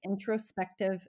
introspective